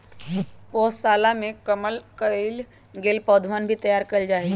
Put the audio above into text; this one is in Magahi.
पौधशलवा में कलम कइल गैल पौधवन भी तैयार कइल जाहई